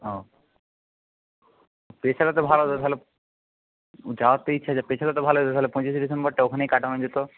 ওহ পেছালেতো ভালো তো তাহলে যাওয়ার তো ইচ্ছা আছে পেছালেতো ভালোই হত তাহলে পঁচিশে ডিসেম্বরটা ওখানেই কাটানো যেতো